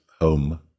home